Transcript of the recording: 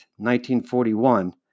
1941